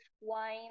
wine